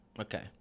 Okay